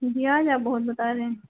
ब्याज आप बहुत बता रहे हैं